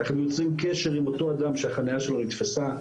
אנחנו יוצרים קשר עם אותו אדם שהחניה שלו נתפסה.